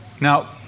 Now